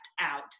out